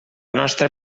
nostra